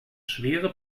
schwere